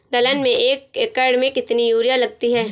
दलहन में एक एकण में कितनी यूरिया लगती है?